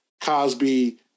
Cosby